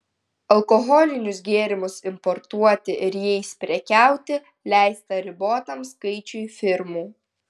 alkoholinius gėrimus importuoti ir jais prekiauti leista ribotam skaičiui firmų